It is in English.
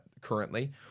currently